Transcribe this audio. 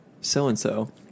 so-and-so